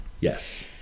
Yes